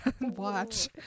watch